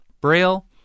Braille